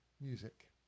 music